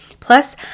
Plus